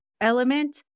element